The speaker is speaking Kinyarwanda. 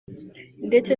ndetse